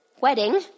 wedding